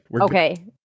Okay